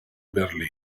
berlina